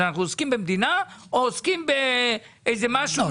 אנחנו עוסקים במדינה או עוסקים באיזה משהו --- לא,